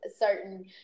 certain